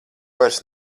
vairs